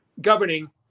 governing